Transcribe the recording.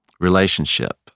relationship